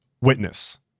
Witness